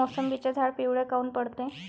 मोसंबीचे झाडं पिवळे काऊन पडते?